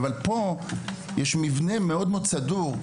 אבל פה יש מבנה מאוד סדור,